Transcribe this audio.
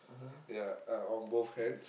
yeah uh on both hands